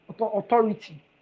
authority